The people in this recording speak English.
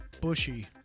bushy